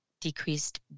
decreased